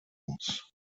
muss